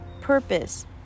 purpose